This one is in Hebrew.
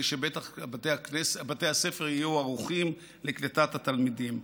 שבתי הספר יהיו ערוכים לקליטת התלמידים.